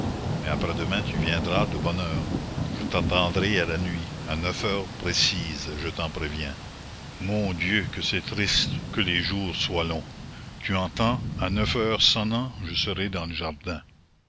mais après-demain tu viendras de bonne heure je t'attendrai à la nuit à neuf heures précises je t'en préviens mon dieu que c'est triste que les jours soient longs tu entends à neuf heures sonnant je serai dans le jardin